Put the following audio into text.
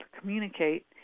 communicate